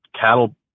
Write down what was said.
cattle